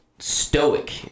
stoic